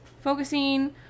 focusing